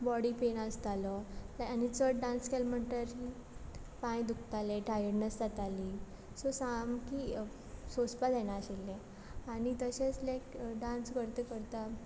body pain आसतालो लाय आनी चड डांस केल म्हुणटरी पांय दुखताले टायडणस जाताली सो सामकी सोंसपा जाय नाशिल्लें आनी तशेंच लायक डांस करता करता